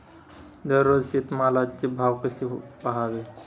दररोज शेतमालाचे भाव कसे पहावे?